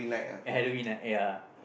Halloween ah ya